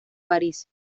parís